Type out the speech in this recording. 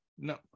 no